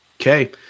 Okay